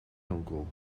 nonkel